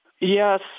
Yes